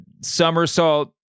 somersault